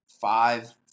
five